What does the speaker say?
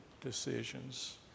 decisions